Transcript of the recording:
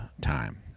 time